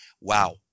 wow